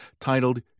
titled